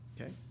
Okay